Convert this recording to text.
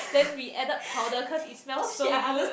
then we added powder cause it smell so good